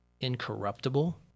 incorruptible